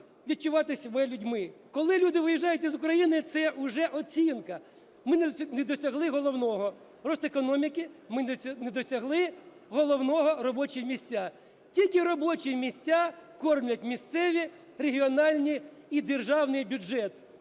відчувати себе людьми. Коли люди виїжджають із України – це вже оцінка. Ми не досягли головного – ріст економіки. Ми не досягли головного – робочі місця. Тільки робочі місця кормлять місцеві, регіональні і державний бюджет.